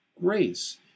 grace